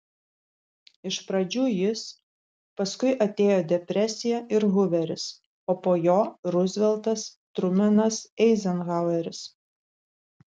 iš pradžių jis paskui atėjo depresija ir huveris o po jo ruzveltas trumenas eizenhaueris